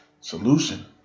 solution